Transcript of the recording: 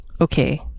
okay